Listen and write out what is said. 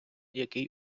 який